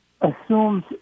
assumes